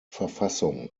verfassung